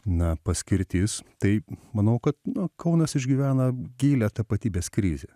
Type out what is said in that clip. na paskirtis tai manau kad kaunas išgyvena gilią tapatybės krizę